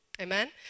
Amen